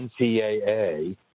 NCAA